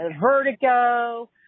Vertigo